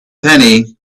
penny